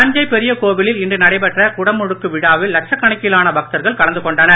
தஞ்சை பெரியகோவிலில் இன்று நடைபெற்ற குடமுழக்கு விழாவில் லட்சக் கணக்கிலான பக்தர்கள் கலந்து கொண்டனர்